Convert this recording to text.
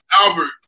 Albert